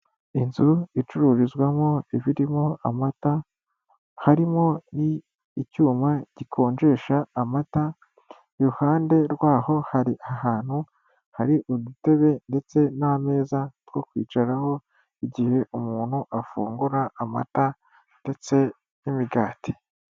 Inzu icururizwamo ibirimo amata harimo n'icyuma gikonjesha amata, iruhande rwaho hari ahantu hari udutebe ndetse n'ameza two kwicaraho igihe umuntu afungura amata ndetse n'imigati.